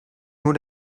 nur